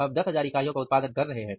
हम 10000 इकाइयों का उत्पादन कर रहे हैं